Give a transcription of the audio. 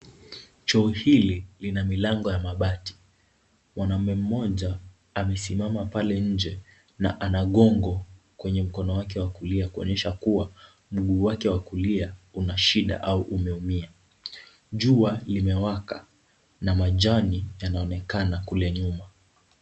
Choo hili lina milango ya mabati. Mwanaume mmoja amesimama pale nje na ana gongo kwenye mkono wake wa kulia kuonyesha kua mguu wake wa kulia una shida au umeumia. Jua limewaka na majani yanaonekana kule nyuma.